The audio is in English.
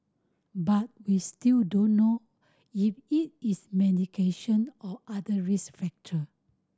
but we still don't know if it is medication or other risk factor